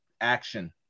action